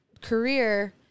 career